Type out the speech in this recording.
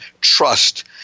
trust